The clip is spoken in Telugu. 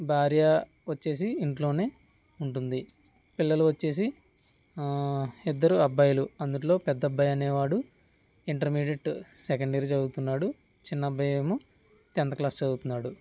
భార్య వచ్చేసి ఇంట్లోనే ఉంటుంది పిల్లలు వచ్చేసి ఇద్దరు అబ్బాయిలు అందులో పెద్దబ్బాయి అనేవాడు ఇంటర్మీడియట్ సెకండ్ ఇయర్ చదువుతున్నాడు చిన్న అబ్బాయి ఏమో టెన్త్ క్లాస్ చదువుత్నాడు